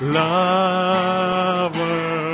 lover